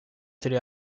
télé